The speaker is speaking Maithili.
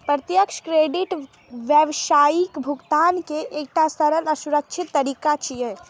प्रत्यक्ष क्रेडिट व्यावसायिक भुगतान के एकटा सरल आ सुरक्षित तरीका छियै